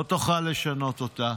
לא תוכל לשנות אותה.